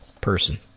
person